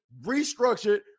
restructured